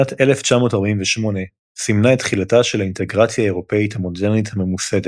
שנת 1948 סימנה את תחילתה של האינטגרציה האירופית המודרנית הממוסדת.